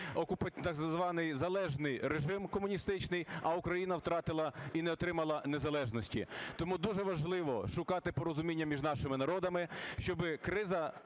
Польщі так званий "залежний" режим комуністичний, а Україна втратила і не отримала незалежності. Тому дуже важливо шукати порозуміння між нашими народами, щоби криза